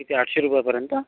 किती आठशे रुपयापर्यंत